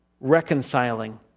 reconciling